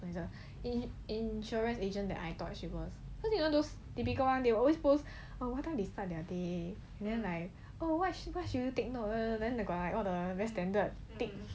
insurance agent that I thought she was cause you know those typical one they always post oh what time they start their day then like oh what should you take note then like all the standard thing